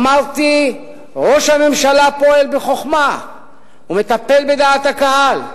אמרתי: ראש הממשלה פועל בחוכמה ומטפל בדעת הקהל,